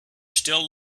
still